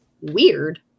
weird